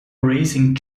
raising